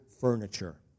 furniture